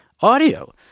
audio